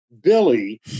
Billy